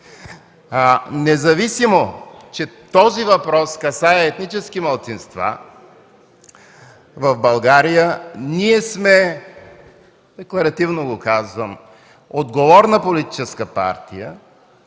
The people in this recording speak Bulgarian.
Независимо че този въпрос касае етнически малцинства в България, ние сме – декларативно го казвам – отговорна политическа партия,